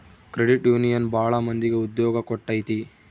credit union ಭಾಳ ಮಂದಿಗೆ ಉದ್ಯೋಗ ಕೊಟ್ಟೈತಿ